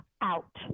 out